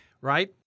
right